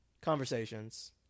conversations